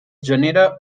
genera